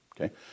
Okay